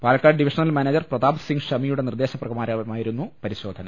Palakkad divisional manager Pratap Singh ഷമിയുടെ നിർദേശ പ്രകാരമായി രുന്നു പരിശോധന